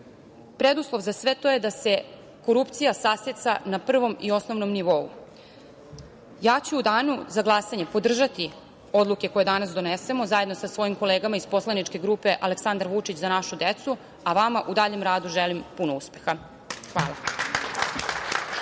preduslov za sve to je da se korupcija saseca na prvom i osnovnom nivou.U Danu za glasanje ću podržati odluke koje danas donesemo, zajedno sa svojim kolegama iz poslaničke grupe Aleksandar Vučić – Za našu decu, a vama u daljem radu želim puno uspeha. Hvala.